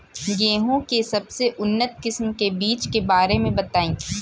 गेहूँ के सबसे उन्नत किस्म के बिज के बारे में बताई?